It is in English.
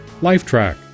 Lifetrack